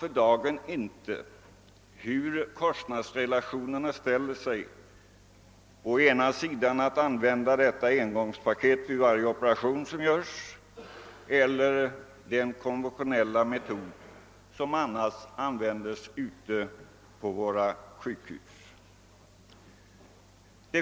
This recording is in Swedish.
För dagen vet vi inte heller hur kostnaderna ställer sig om man använder detta engångspaket vid varje operation eller tillämpar den konventionella metod som annars användes ute på våra sjukhus.